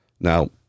Now